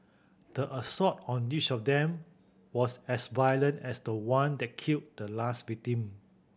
the assault on each of them was as violent as the one that killed the last victim